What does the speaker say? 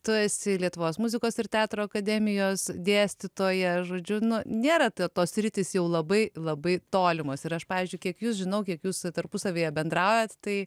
tu esi lietuvos muzikos ir teatro akademijos dėstytoja žodžiu nu nėra tos sritys jau labai labai tolimos ir aš pavyzdžiui kiek jus žinau kiek jūs tarpusavyje bendraujat tai